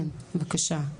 כן, בבקשה.